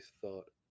thought